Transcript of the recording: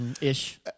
ish